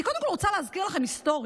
קודם כול אני רוצה להזכיר לכם היסטורית